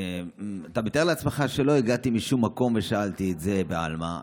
אתה מתאר לעצמך שלא הגעתי משום מקום ושאלתי את זה בעלמא.